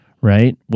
Right